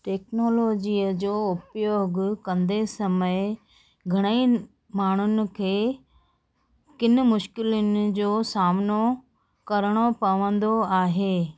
टेक्नोलोजीअ जो उपयोग कंदे समय घणेई माण्हुनि खे किन मुश्किलातुनि जो सामिनो करिणो पवंदो आहे